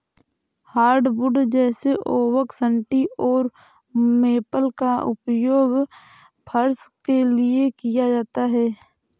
hardwood जैसे oak सन्टी और मेपल का उपयोग फर्श के लिए किया जाता है